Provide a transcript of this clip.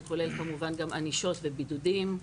זה כולל כמובן גם ענישות ובידודים.